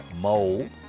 mold